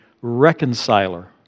reconciler